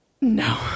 No